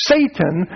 Satan